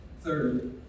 Third